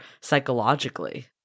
psychologically